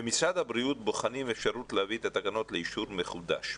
שבמשרד הבריאות בוחנים אפשרות להביא את התקנות לאישור מחודש.